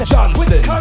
Johnson